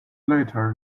later